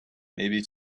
maybe